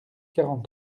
quarante